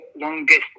longest